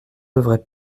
devrait